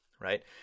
right